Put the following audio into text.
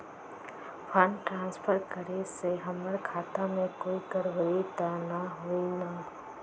Fund transfer करे से हमर खाता में कोई गड़बड़ी त न होई न?